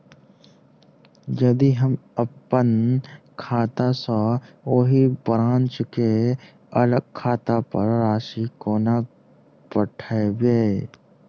यदि हम अप्पन खाता सँ ओही ब्रांच केँ अलग खाता पर राशि कोना पठेबै?